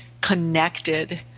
connected